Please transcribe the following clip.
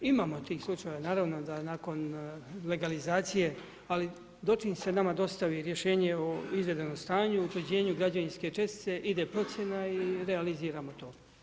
Imamo tih slučajeva naravno da nakon legalizacije, ali dočim se nama dostavi rješenje o izvedenom stanju o utvrđenju građevinske čestice ide procjena i realiziramo to.